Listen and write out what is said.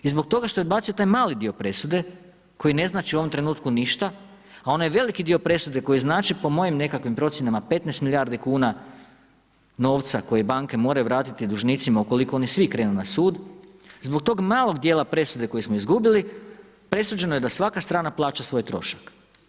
I zbog toga što je odbacio taj mali dio presude koji ne znači u ovom trenutku ništa, a onaj veliki dio presude koji znači, po mojim nekakvim procjenama, 15 milijardi kuna novca koje banke moraju vratiti dužnicima ukoliko oni svi krenu na sud, zbog tog malog djela presude koji smo izgubili, presuđeno je da svaka strana plaća svoj trošak.